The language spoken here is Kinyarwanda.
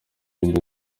imbere